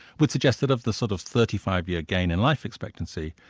would suggest that of the sort of thirty five year gain in life expectancy,